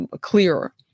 clearer